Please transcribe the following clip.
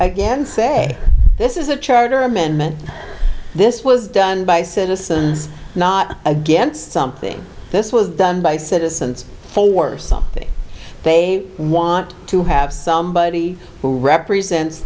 again say this is a charter amendment this was done by citizens not against something this was done by citizens for something they want to have somebody who represents